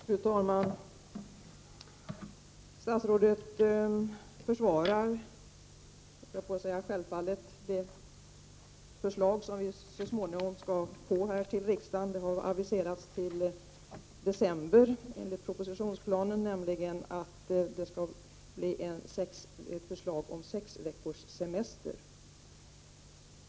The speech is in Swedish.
Fru talman! Statsrådet försvarar — självfallet, höll jag på att säga — det förslag som vi så småningom skall få här i riksdagen. Det har aviserats till december, enligt propositionsplanen. Det skall då komma ett förslag om sex veckors semester.